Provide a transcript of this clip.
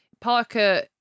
Parker